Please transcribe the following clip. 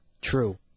True